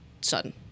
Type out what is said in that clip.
son